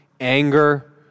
anger